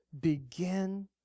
begin